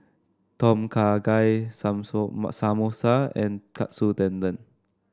Tom Kha Gai Samosa and Katsu Tendon